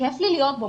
שכיף לי להיות בו,